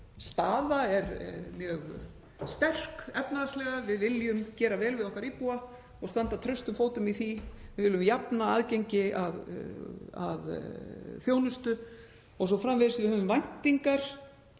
staða er mjög sterk efnahagslega, við viljum gera vel við okkar íbúa og standa traustum fótum í því. Við viljum jafna aðgengi að þjónustu o.s.frv. Við höfum væntingar